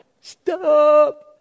Stop